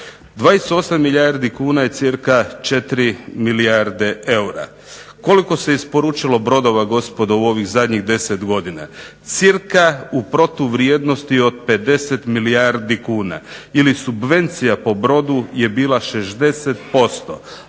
28 milijardi kuna i cirka 4 milijarde eura. Koliko se isporučilo brodova gospodo u ovih 10 zadnjih godina cirka u protuvrijednosti od 50 milijardi kuna. Ili subvencija po brodu je bila 60%,